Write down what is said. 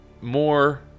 more